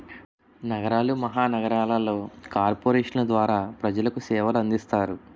నగరాలు మహానగరాలలో కార్పొరేషన్ల ద్వారా ప్రజలకు సేవలు అందిస్తారు